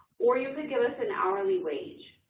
or you could give us an hourly wage.